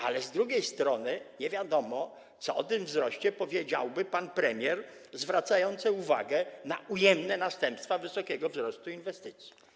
Ale z drugiej strony nie wiadomo, co o tym wzroście powiedziałby pan premier zwracający uwagę na ujemne następstwa wysokiego wzrostu inwestycji.